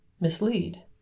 mislead